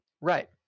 Right